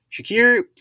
Shakir